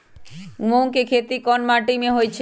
मूँग के खेती कौन मीटी मे होईछ?